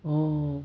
oh